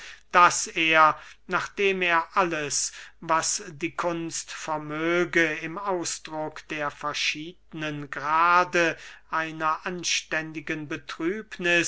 daß er nachdem er alles was die kunst vermöge im ausdruck der verschiednen grade einer anständigen betrübniß